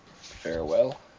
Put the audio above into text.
farewell